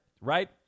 right